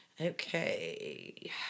Okay